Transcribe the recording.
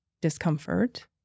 discomfort